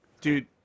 Dude